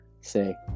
say